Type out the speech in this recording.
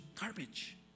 garbage